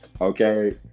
Okay